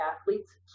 athletes